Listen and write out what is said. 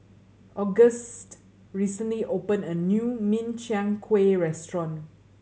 Auguste recently opened a new Min Chiang Kueh restaurant